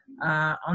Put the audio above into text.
on